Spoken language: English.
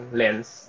lens